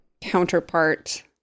counterpart